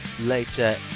later